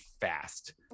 fast